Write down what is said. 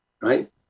right